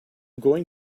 going